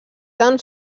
tan